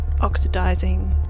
oxidizing